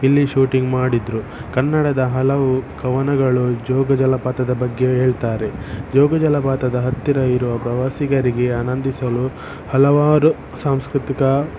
ಇಲ್ಲಿ ಶೂಟಿಂಗ್ ಮಾಡಿದ್ದರು ಕನ್ನಡದ ಹಲವು ಕವನಗಳು ಜೋಗ ಜಲಪಾತದ ಬಗ್ಗೆ ಹೇಳ್ತಾರೆ ಜೋಗ ಜಲಪಾತದ ಹತ್ತಿರ ಇರೋ ಪ್ರವಾಸಿಗರಿಗೆ ಆನಂದಿಸಲು ಹಲವಾರು ಸಾಂಸ್ಕೃತಿಕ